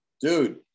Dude